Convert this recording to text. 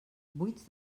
buits